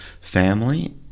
family